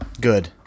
Good